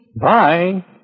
Bye